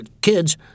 kids